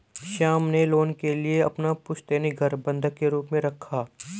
श्याम ने लोन के लिए अपना पुश्तैनी घर बंधक के रूप में रखा